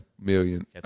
million